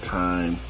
time